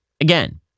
again